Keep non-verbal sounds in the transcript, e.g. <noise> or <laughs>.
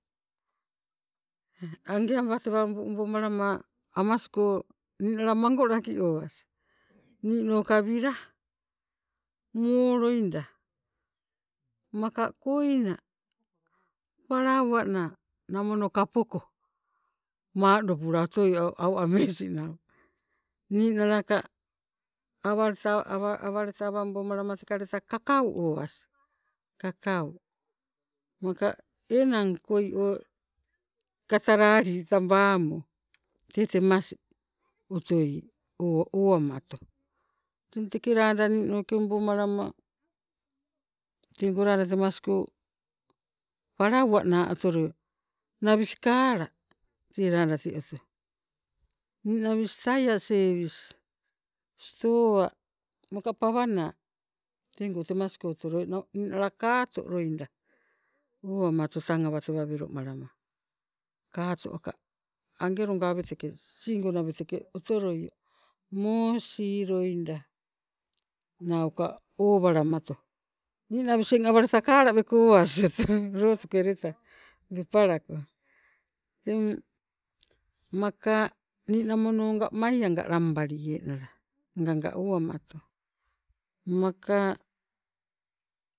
Ange awatewa ombo obomalama amasko ninala mangolaki owa, ninoka wila, moo loida maka koina, palauwana, namono kapoko mandopula otoio au amesi <laughs> nau, ninalaka awaleta obomalama teka leta kakau owas, kakau maka enang koi o katalali tabamo tee temas otoi owamato. Teng teke lada ninoke obomalama tengo lada temasko palauwa naa otoloio, nawis kala tee lada te oto, ninawais taia sewis, stowa maka pawa naa teego temasko otoloie, ninala kato loida tang awatewa welo malama, kaato aka ange longa sisingo naweteke otoloio, moosi loida nauka owalamato. Ninawis eng kala awaleta weko owas oto <laughs> loutu leta lupalako, maka ninamono onga mai anga lambalie nala angaga owamato maka,